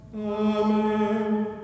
Amen